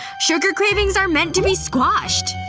sugar cravings are meant to be squashed.